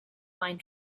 pine